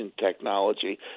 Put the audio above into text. technology